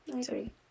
Sorry